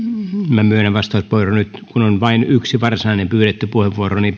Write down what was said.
minä myönnän vastauspuheenvuoron nyt kun on vain yksi varsinainen pyydetty puheenvuoro